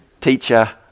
Teacher